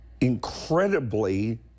incredibly